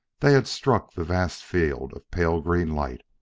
they had struck the vast field of pale green light,